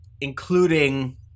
including